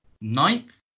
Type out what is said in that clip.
ninth